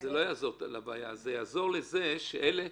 זה יעזור לזה שאלה